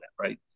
Right